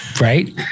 right